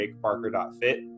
jakeparker.fit